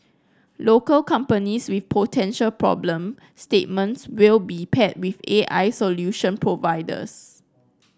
local companies with potential problem statements will be paired with A I solution providers